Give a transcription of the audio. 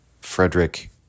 Frederick